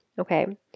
Okay